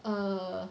err